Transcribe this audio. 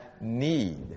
need